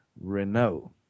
Renault